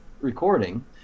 recording